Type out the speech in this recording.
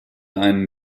einen